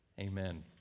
amen